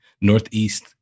Northeast